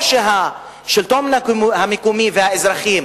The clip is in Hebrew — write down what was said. או שהשלטון המקומי והאזרחים